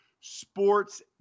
sports